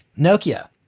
nokia